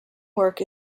work